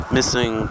Missing